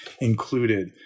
included